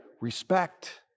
respect